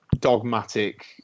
dogmatic